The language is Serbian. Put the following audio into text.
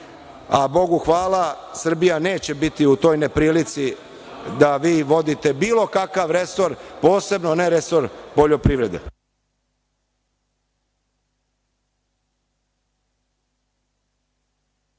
a Bogu hvala, Srbija neće biti u toj neprilici da vi vodite bilo kakav resor, posebno ne resor poljoprivrede.